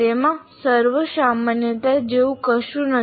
તેમાં સર્વસામાન્યતા જેવું કશું નથી